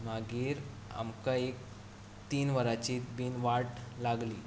मागीर आमकां एक तीन वराची बी वाट लागली